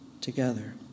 together